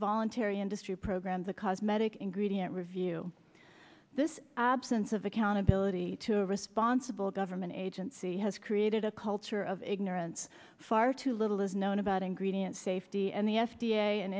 voluntary industry programs a cosmetic ingredient review this absence of accountability to a responsible government agency has created a culture of ignorance far too little is known about ingredient safety and the